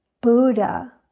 Buddha